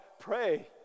Pray